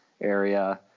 area